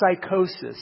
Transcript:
psychosis